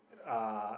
uh